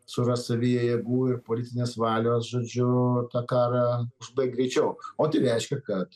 surast savyje jėgų ir politinės valios žodžiu tą karą užbaigt greičiau o tai reiškia kad